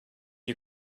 you